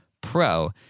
pro